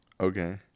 Okay